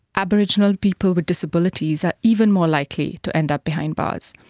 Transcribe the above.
aboriginal people with disabilities are even more likely to end up behind bars.